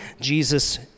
Jesus